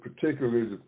particularly